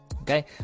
okay